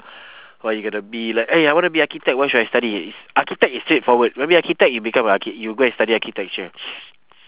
what you gonna be like eh I wanna be architect what should I study if architect is straightforward maybe architect you become a archi~ you go and study architecture